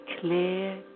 clear